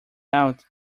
out